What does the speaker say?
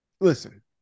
listen